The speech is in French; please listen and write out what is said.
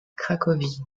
cracovie